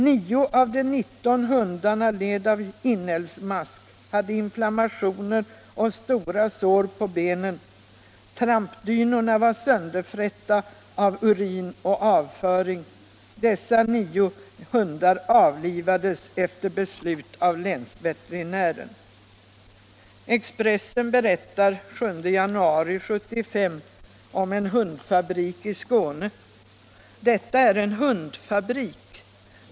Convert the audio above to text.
Nio av de nitton hundarna led av inälvsmask, hade inflammationer och stora sår på benen. Trampdynorna var sönderfrätta av urin och avföring. Dessa nio hundar avlivades efter beslut av länsveterinär Svensson.” Expressen berättar den 7 januari 1975 om en hundfabrik i Skåne: ”Detta är en ”hundfabrik”.